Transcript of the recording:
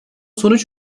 sonuç